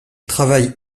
travaille